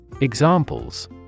Examples